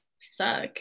suck